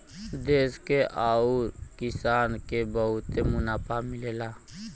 देस के आउर किसान के बहुते मुनाफा मिलला